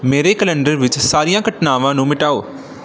ਮੇਰੇ ਕੈਲੰਡਰ ਵਿੱਚ ਸਾਰੀਆਂ ਘਟਨਾਵਾਂ ਨੂੰ ਮਿਟਾਓ